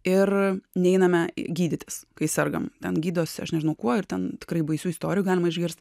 ir neeiname gydytis kai sergam ten gydosi aš nežinau kuo ir ten tikrai baisių istorijų galima išgirst